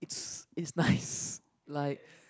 it's it's nice like